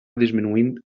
disminuint